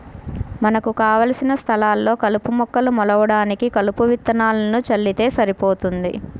మనకు కావలసిన స్థలాల్లో కలుపు మొక్కలు మొలవడానికి కలుపు విత్తనాలను చల్లితే సరిపోతుంది